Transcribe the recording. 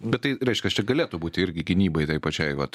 bet tai reiškias čia galėtų būt irgi gynybai tai pačiai vat